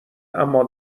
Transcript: اما